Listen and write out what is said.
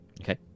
Okay